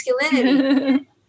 masculinity